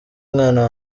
umwana